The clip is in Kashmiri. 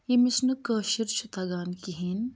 ییٚمِس نہٕ کٲشُر چھُ تَگان کِہیٖنۍ